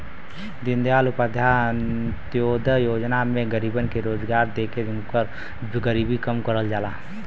दीनदयाल उपाध्याय अंत्योदय योजना में गरीबन के रोजगार देके उनकर गरीबी कम करल जाला